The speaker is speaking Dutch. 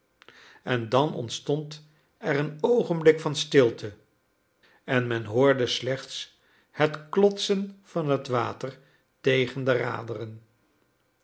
en dan ontstond er een oogenblik van stilte en men hoorde slechts het klotsen van het water tegen de raderen